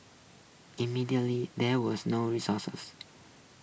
immediately there was no resources